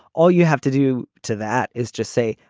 all you have to do to that is just say,